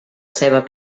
ceba